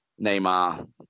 Neymar